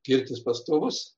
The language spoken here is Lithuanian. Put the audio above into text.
kirtis pastovus